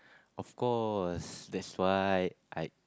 of course that's why I